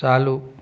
चालू